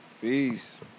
Peace